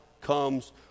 comes